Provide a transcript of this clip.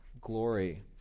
glory